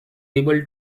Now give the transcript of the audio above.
able